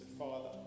Father